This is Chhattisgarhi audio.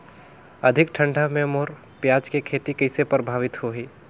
अधिक ठंडा मे मोर पियाज के खेती कइसे प्रभावित होही?